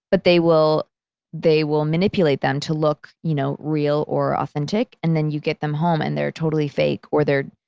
but they will they will manipulate them to look you know real or authentic, and then you get them home and they're totally fake or they're,